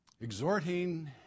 Exhorting